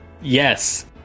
yes